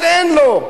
אבל אין לו.